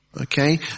Okay